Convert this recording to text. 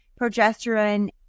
progesterone